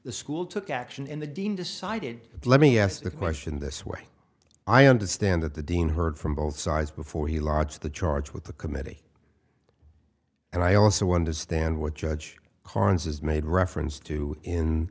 the school took action and the dean decided let me ask the question this way i understand that the dean heard from both sides before he lodge the charge with the committee and i also understand what judge carnes is made reference to in